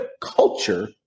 culture